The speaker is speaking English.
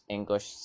English